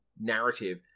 narrative